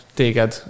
téged